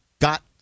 got